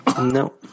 no